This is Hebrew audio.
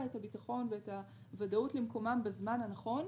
את הביטחון ואת הוודאות למקומם בזמן הנכון.